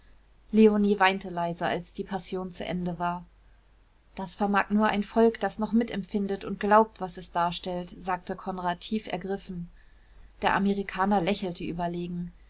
leonie weinte leise als die passion zu ende war das vermag nur ein volk das noch mitempfindet und glaubt was es darstellt sagte konrad tief ergriffen der amerikaner lächelte überlegen